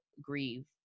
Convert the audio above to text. grieve